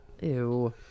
Ew